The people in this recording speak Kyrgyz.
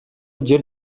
жер